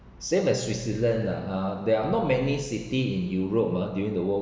same as switzerland ah uh there are not many city in europe ah during the world